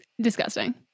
disgusting